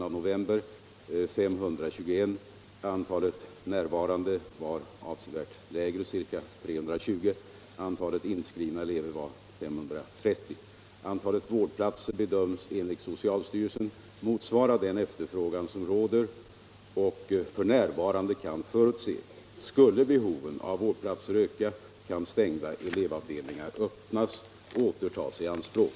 antalet närvarande var avsevärt lägre, ca 320. Antalet inskrivna elever var 530. Antalet vårdplatser bedöms enligt socialstyrelsen motsvara den efterfrågan som råder och f. n. kan förutses. Skulle behovet av vårdplatser öka kan stängda elevavdelningar öppnas och åter tas i anspråk.